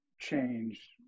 change